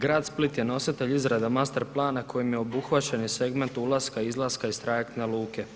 Grad Split je nositelj izrada master plana kojim je obuhvaćeni segment ulaska i izlaska iz trajektne luke.